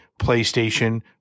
PlayStation